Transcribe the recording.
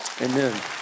Amen